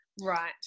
right